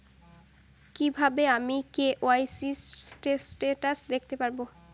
কিভাবে আমি KYC status দেখতে পারবো?